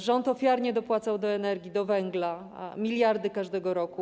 Rząd ofiarnie dopłacał do energii, do węgla miliardy każdego roku.